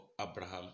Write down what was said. Abraham